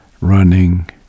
running